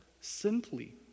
Simply